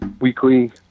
weekly